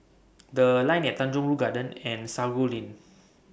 The Line At Tanjong Rhu Garden Road and Sago Lane